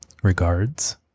Regards